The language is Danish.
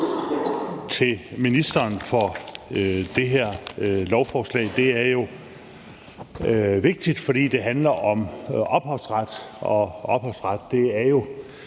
til ministeren for det her lovforslag. Det er vigtigt, for det handler om ophavsret, og det er jo